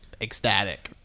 ecstatic